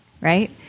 Right